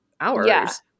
hours